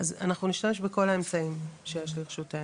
אז אנחנו נשתמש בכל האמצעים שיש לרשותנו,